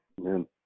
Amen